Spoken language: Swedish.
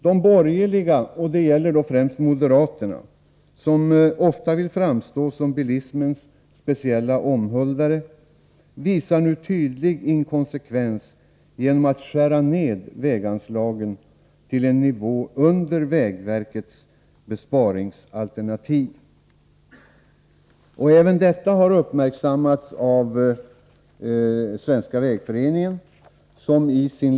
De borgerliga och då främst moderaterna, som ofta vill framstå som bilismens speciella omhuldare, visar nu tydlig inkonsekvens genom att skära ned väganslagen till en nivå under vägverkets besparingsalternativ. Även detta har uppmärksammats av Svenska vägföreningen.